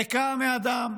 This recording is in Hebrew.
ריקה מאדם,